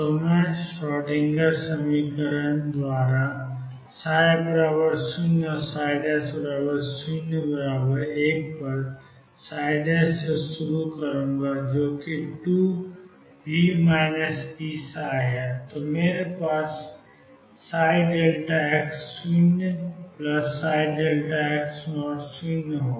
तो मैं श्रोडिंगर समीकरण द्वारा ψ और 1 से शुरू करूंगा जो कि 2V E है तो मेरे पास ψ 00x होगा